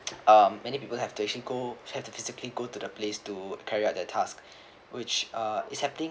um many people have to actually go have to physically go to the place to carry out their tasks which uh is happening